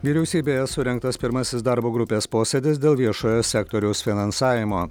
vyriausybėje surengtas pirmasis darbo grupės posėdis dėl viešojo sektoriaus finansavimo